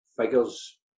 figures